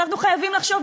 ואנחנו חייבים לחשוב,